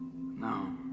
No